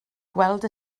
gweld